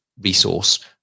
resource